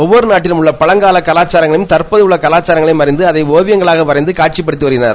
ஒவ்வொரு நாட்டில் உள்ள பழங்கால கலாச்சாரங்களையும் தற்போதுள்ள கலாச்சாரங்களையும் அறிந்து அதை ஒவிபங்களாக வரைந்து காட்சிப்படுத்தி வருகிறார்கள்